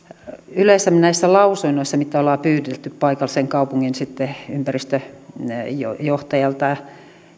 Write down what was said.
yleensä näissä lausunnoissa mitä on pyydetty paikallisen kaupungin ympäristöjohtajalta